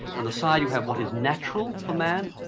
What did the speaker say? on the side you have what is natural for man,